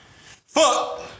Fuck